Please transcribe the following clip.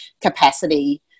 capacity